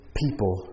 people